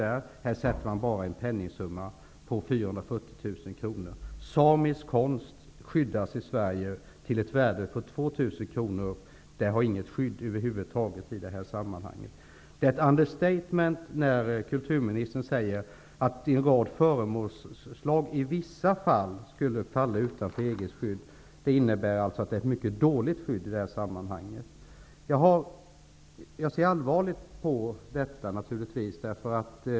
Här har det enbart fastställts en penningsumma på 440 000 kronor. Samisk konst skyddas i Sverige till ett värde av 2 000 kronor. I det här sammanhanget har det inte föreslagits något skydd över huvud taget. Det är ett understatement när kulturministern säger att en rad föremålsslag i vissa fall skulle falla utanför EG:s skyddsregler. Det innebär alltså att EG:s skydd är mycket dåligt. Jag ser naturligtvis allvarligt på detta.